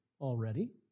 already